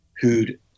who'd